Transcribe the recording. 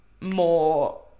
more